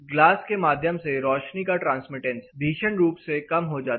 glass के माध्यम से रोशनी का ट्रांसमिटेंस भीषण रूप से कम हो जाता है